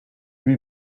lui